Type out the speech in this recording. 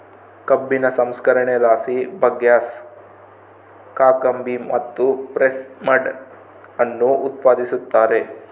ಕಬ್ಬಿನ ಸಂಸ್ಕರಣೆಲಾಸಿ ಬಗ್ಯಾಸ್, ಕಾಕಂಬಿ ಮತ್ತು ಪ್ರೆಸ್ ಮಡ್ ಅನ್ನು ಉತ್ಪಾದಿಸುತ್ತಾರೆ